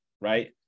right